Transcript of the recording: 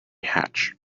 hatch